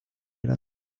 era